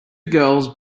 girls